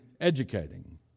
educating